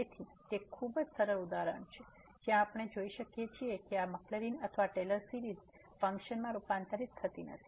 તેથી તે ખૂબ જ સરળ ઉદાહરણ છે જ્યાં આપણે જોઈ શકીએ કે આ મક્લરિન અથવા ટેલર સીરીઝ ફંક્શનમાં રૂપાંતરિત થતી નથી